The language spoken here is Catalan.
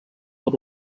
per